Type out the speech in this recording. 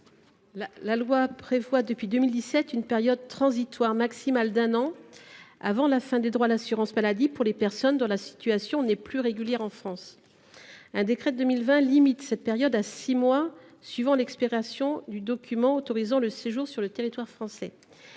La loi prévoit, depuis 2017, une période transitoire maximale d’un an avant la fin des droits à l’assurance maladie pour les personnes dont la situation n’est plus régulière en France. Un décret de 2020 limite cette période à six mois suivant l’expiration du document autorisant le séjour sur le territoire français.